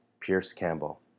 Pierce-Campbell